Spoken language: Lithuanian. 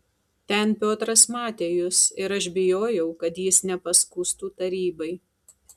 ten piotras matė jus ir aš bijojau kad jis nepaskųstų tarybai